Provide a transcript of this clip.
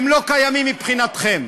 הם לא קיימים מבחינתכם.